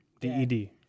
D-E-D